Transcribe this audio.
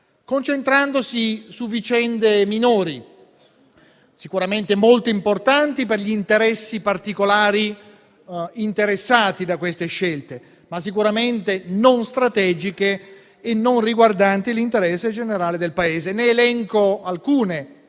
concentrandosi su vicende minori, sicuramente molto importanti per gli interessi particolari toccati dalle scelte fatte, ma sicuramente non strategiche e non riguardanti l'interesse generale del Paese. Ne elenco alcune